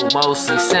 mostly